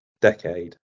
Decade